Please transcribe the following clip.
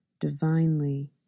divinely